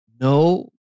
no